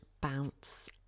Bounce